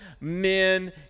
men